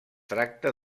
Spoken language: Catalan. tracta